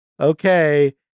Okay